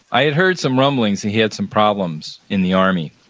i had heard some rumblings he he had some problems in the army.